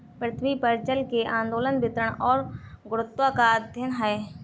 पृथ्वी पर जल के आंदोलन वितरण और गुणवत्ता का अध्ययन है